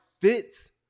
fits